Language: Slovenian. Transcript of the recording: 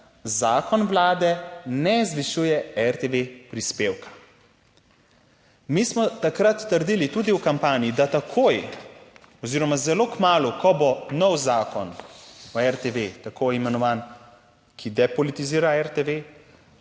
zakon Vlade ne zvišuje RTV prispevka." Mi smo takrat trdili tudi v kampanji, da takoj oziroma zelo kmalu, ko bo nov Zakon o RTV, tako imenovan, ki depolitizira RTV,